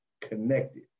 connected